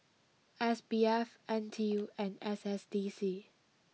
S B F N T U and S S D C